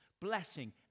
blessing